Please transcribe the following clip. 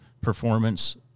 performance